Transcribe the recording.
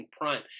prime